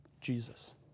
Jesus